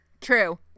True